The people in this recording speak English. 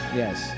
yes